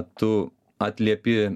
tu atliepi